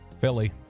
Philly